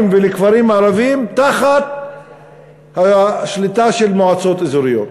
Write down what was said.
ולכפרים ערביים תחת השליטה של המועצות האזוריות,